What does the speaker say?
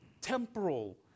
temporal